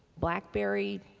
blackberry,